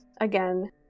again